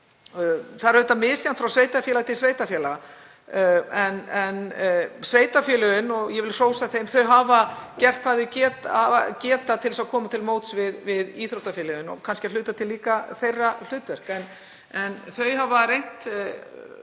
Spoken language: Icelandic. Það er auðvitað misjafnt frá sveitarfélagi til sveitarfélags en sveitarfélögin, ég vil hrósa þeim, hafa gert hvað þau geta til þess að koma til móts við íþróttafélögin og kannski er það að hluta til líka þeirra hlutverk. En þau hafa reynt